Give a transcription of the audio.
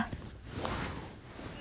tak apa lah